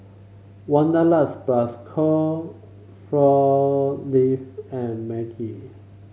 Wanderlust Plus Co Four Leave and Maggi